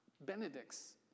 benedicts